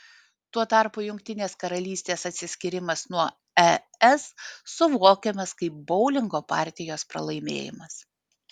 tuo tarpu jungtinės karalystės atsiskyrimas nuo es suvokiamas kaip boulingo partijos pralaimėjimas